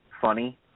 funny